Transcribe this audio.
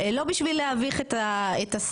לא בשביל להביך את השר,